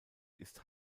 ist